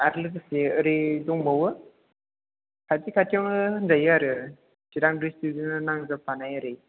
आरो लोगोसे ओरै दंबावो खाथि खाथिआवनो होनजायो आरो चिरां डिस्ट्रिकजोंनो नांजाबफानाय ओरै